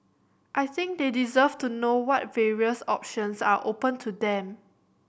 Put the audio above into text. I think they deserve to know what various options are open to them